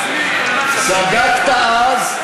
צדקת אז.